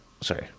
sorry